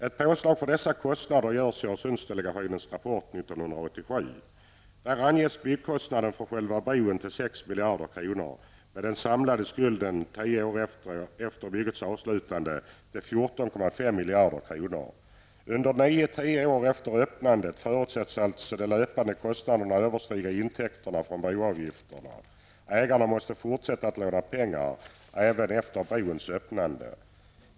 Ett påslag för dessa kostnader görs i Öresundsdelegationens rapport år efter byggets avslutande till 14,5 miljarder kronor. Under 9--10 år efter öppnandet förutsätts alltså de löpande kostnaderna överstiga intäkterna från broavgifter. Ägarna måste fortsätta att låna pengar även efter brons öppnande.